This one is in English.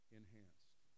enhanced